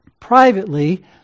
privately